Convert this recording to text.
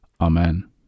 Amen